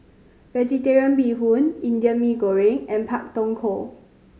Vegetarian Bee Hoon Indian Mee Goreng and Pak Thong Ko